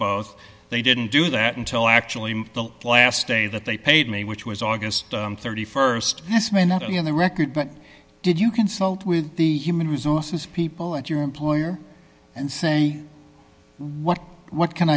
both they didn't do that until actually the last day that they paid me which was august st and this may not be on the record but did you consult with the human resources people at your employer and say what what can